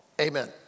Amen